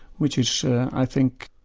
which is i think,